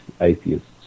atheists